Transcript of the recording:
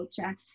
culture